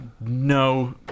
No